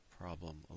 Problem